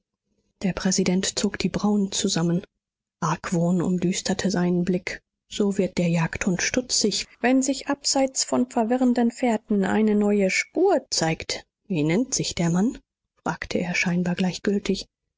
der präsident zog die brauen zusammen argwohn umdüsterte seinen blick so wird der jagdhund stutzig wenn sich abseits von verwirrenden fährten eine neue spur zeigt wie nennt sich der mann fragte er scheinbar gleichgültig